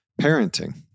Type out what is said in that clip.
parenting